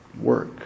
work